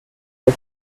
pas